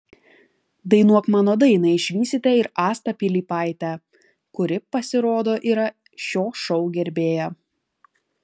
dainuok mano dainą išvysite ir astą pilypaitę kuri pasirodo yra šio šou gerbėja